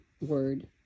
word